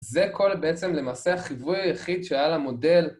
זה כל בעצם למעשה החיווי היחיד שהיה למודל